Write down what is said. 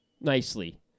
nicely